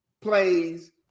plays